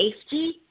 safety